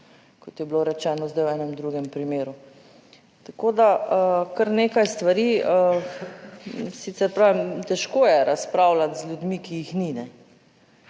kot je bilo rečeno zdaj v enem drugem primeru. Tako, da kar nekaj stvari, sicer pravim, težko je razpravljati z ljudmi, ki jih ni,